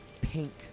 pink